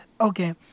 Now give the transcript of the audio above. Okay